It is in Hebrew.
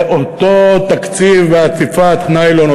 זה אותו תקציב בעטיפת ניילון,